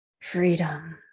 freedom